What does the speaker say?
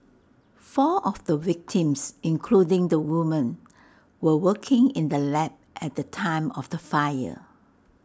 four of the victims including the woman were working in the lab at the time of the fire